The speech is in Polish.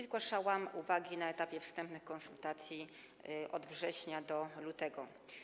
Zgłaszałam uwagi na etapie wstępnych konsultacji od września do lutego.